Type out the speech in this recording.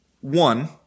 one